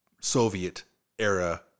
Soviet-era